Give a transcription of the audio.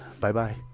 Bye-bye